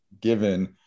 given